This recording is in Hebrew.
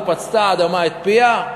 "ופצתה האדמה את פיה",